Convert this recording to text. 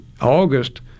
August